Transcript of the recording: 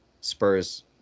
Spurs